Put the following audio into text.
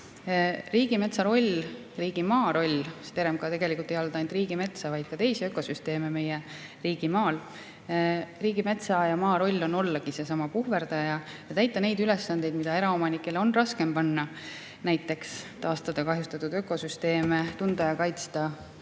Riigimetsa roll, riigimaa roll – RMK ei halda ainult riigimetsa, vaid ka teisi ökosüsteeme meie riigimaal – on ollagi seesama puhverdaja ja täita neid ülesandeid, mida eraomanikele on raskem panna. Näiteks taastada kahjustatud ökosüsteeme, tunda ja kaitsta